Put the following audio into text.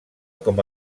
com